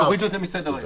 תורידו את זה מסדר-היום.